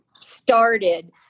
started